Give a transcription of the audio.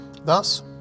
Thus